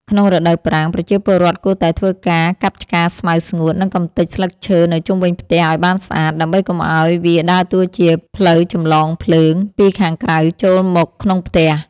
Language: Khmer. ក្នុងរដូវប្រាំង ប្រជាពលរដ្ឋគួរតែធ្វើការកាប់ឆ្ការស្មៅស្ងួត និងកម្ទេចស្លឹកឈើនៅជុំវិញផ្ទះឱ្យបានស្អាត ដើម្បីកុំឱ្យវាដើរតួជា ផ្លូវចម្លងភ្លើង ពីខាងក្រៅចូលមកក្នុងផ្ទះ។